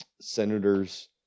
senators